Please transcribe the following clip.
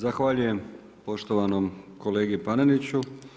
Zahvaljujem poštovanom kolegi Paneniću.